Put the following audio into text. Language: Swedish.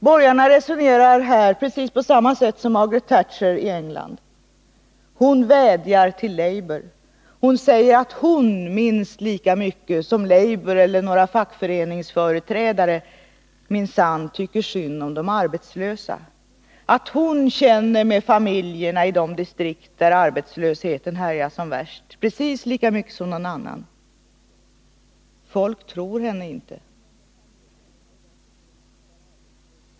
Borgarna resonerar precis på samma sätt som Margaret Thatcher i England. Hon vädjar till labour. Hon säger att hon minst lika mycket som labour eller några fackföreningsföreträdare minsann tycker synd om de arbetslösa, att hon känner med familjerna i de distrikt där arbetslösheten härjar som värst precis lika mycket som någon annan. Folk tror henne inte.